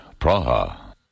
Praha